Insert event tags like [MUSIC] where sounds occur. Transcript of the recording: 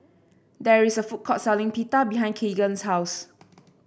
there is a food court selling Pita behind Keagan's house [NOISE]